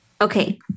Okay